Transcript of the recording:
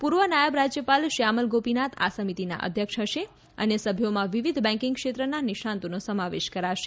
પૂર્વ નાયબ રાજ્યપાલ શ્યામલ ગોપીનાથ આ સમિતિના અધ્યક્ષ હશે અન્ય સભ્યોમાં વિવિધ બેકિંગ ક્ષેત્રના નિષ્ણાતોનો સમાવેશ કરાશે